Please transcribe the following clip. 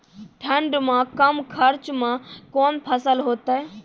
ठंड मे कम खर्च मे कौन फसल होते हैं?